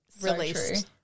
released